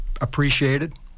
appreciated